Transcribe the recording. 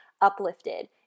Uplifted